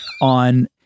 on